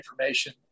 information